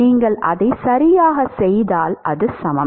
நீங்கள் அதைச் சரியாகச் செய்தால் அது சமம்